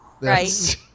Right